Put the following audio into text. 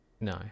no